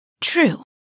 True